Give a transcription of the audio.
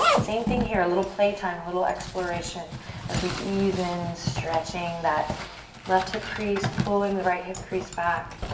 same thing here. a little play time. a little exploration as we ease in, stretching that left hip crease, pulling the right hip crease back.